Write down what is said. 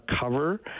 cover